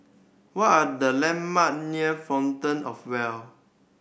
what are the landmark near Fountain Of Wealth